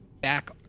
back